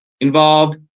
involved